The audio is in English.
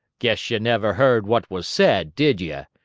guess ye never heard what was said, did ye?